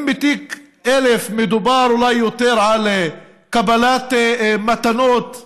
אם בתיק 1000 מדובר אולי יותר על קבלת מתנות משפחתיות,